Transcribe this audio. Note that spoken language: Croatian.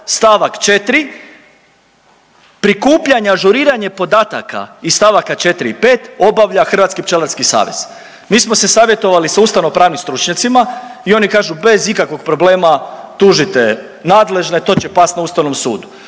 stavak 4, prikupljanje i ažuriranje podataka iz stavaka 4 i 5 obavlja Hrvatski pčelarski savez. Mi smo se savjetovali sa ustavnopravnim stručnjacima i oni kažu bez ikakvog problema tužite nadležne, to će past na ustavnom sudu.